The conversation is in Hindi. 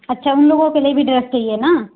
अच्छा उन लोगों के लिए भी ड्रेस चाहिए न